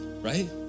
right